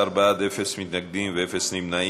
11 בעד, אין מתנגדים ואין נמנעים.